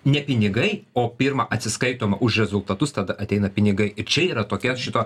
ne pinigai o pirma atsiskaitoma už rezultatus tada ateina pinigai čia yra tokia šito